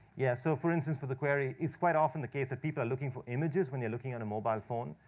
yeah, so, for instance, for the query, it's quite often the case that people are looking for images when they're looking on a mobile phone.